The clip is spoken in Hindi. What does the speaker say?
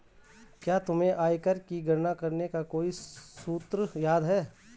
क्या तुम्हें आयकर की गणना करने का कोई सूत्र याद है?